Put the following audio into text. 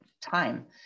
time